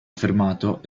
affermato